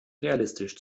realistisch